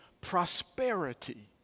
prosperity